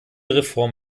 reform